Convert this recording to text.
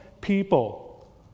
people